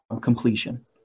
completion